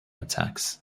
attacks